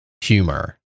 humor